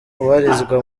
ubarizwa